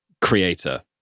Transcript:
creator